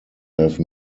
have